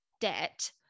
debt